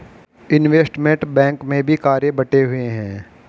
investment bank में भी कार्य बंटे हुए हैं